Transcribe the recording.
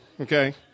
Okay